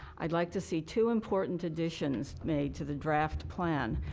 i would like to see two important additions made to the draft plan.